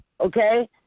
Okay